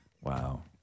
Wow